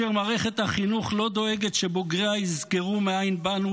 כאשר מערכת החינוך לא דואגת שבוגריה יזכרו מאין באנו